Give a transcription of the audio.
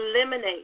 eliminate